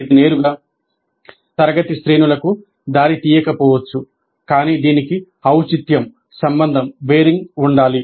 ఇది నేరుగా తరగతి శ్రేణులకు దారితీయకపోవచ్చు కానీ దీనికి ఔచిత్యంసంబంధం ఉండాలి